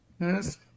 Yes